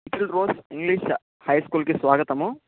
little rose English హైస్కూల్కి స్వాగతము